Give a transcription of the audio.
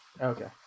Okay